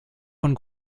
von